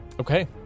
Okay